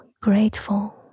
grateful